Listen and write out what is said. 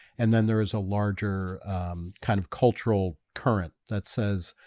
and then there is a larger, um kind of cultural current that says